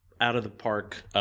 out-of-the-park